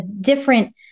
different